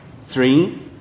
Three